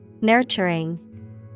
Nurturing